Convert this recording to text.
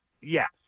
yes